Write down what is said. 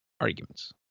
arguments